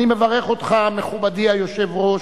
אני מברך אותך, מכובדי היושב-ראש,